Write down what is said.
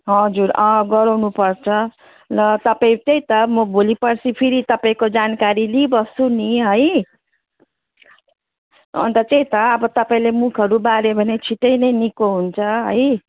हजुर अँ गराउनुपर्छ ल तपाईँ त्यही त म भोलि पर्सि फेरि तपाईँको जानकारी लिइबस्छु नि है अनि त त्यही त अब तपाईँले मुखहरू बाऱ्यो भने छिटै नै निक्को हुन्छ है